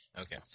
Okay